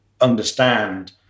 understand